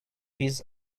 his